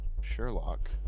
Sherlock